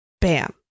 Bam